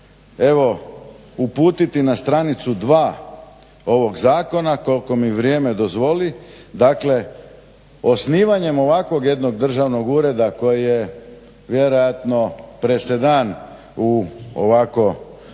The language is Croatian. evo uputiti na stranicu 2. ovog zakona koliko mi vrijeme dozvoli, dakle osnivanjem ovakvog jednog državnog ureda koji je vjerojatno presedan u ovako